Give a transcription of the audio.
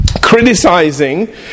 criticizing